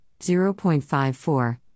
0.54